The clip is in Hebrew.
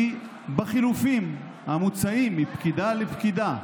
הוא בחילופין, המוצעים, מפקידה לפקידה,